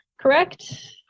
correct